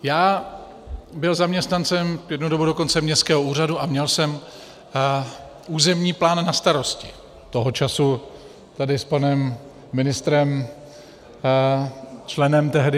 Já byl zaměstnancem jednu dobu dokonce městského úřadu a měl jsem územní plán na starosti, toho času tady s panem ministrem , členem tehdy ODS.